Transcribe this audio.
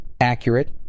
accurate